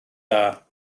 dda